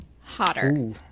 hotter